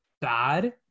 bad